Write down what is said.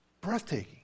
breathtaking